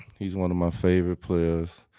he's one of my favorite players.